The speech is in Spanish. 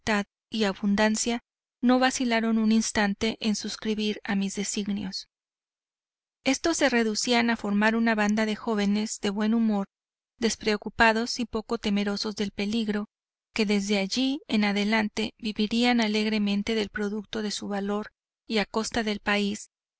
y abundancia no vacilaron un instante en suscribir a mis designios estos se reducían a formar una banda de jóvenes de buen humor despreocupados y poco temerosos del peligro que desde allí en adelante vivirían alegremente del producto de su valor y a costa del país